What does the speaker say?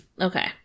okay